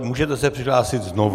Můžete se přihlásit znovu.